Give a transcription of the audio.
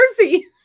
jersey